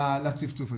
לצפצוף הזה.